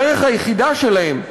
הדרך היחידה שלהם,